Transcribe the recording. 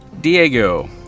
Diego